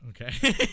Okay